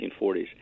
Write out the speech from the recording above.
1940s